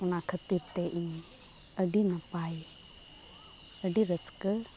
ᱚᱱᱟ ᱠᱷᱟᱹᱛᱤᱨᱛᱮ ᱤᱧ ᱟᱹᱰᱤ ᱱᱟᱯᱟᱭ ᱟᱹᱰᱤ ᱨᱟᱹᱥᱠᱟᱹ